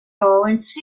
vaux